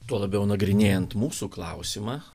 tuo labiau nagrinėjant mūsų klausimą